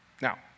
Now